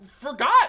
forgot